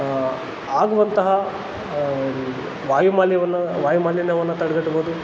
ಆಗುವಂತಹ ವಾಯುಮಾಲಿವನ್ನು ವಾಯುಮಾಲಿನ್ಯವನ್ನು ತಡೆಗಟ್ಬೋದು